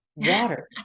water